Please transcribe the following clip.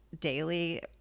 daily